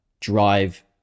drive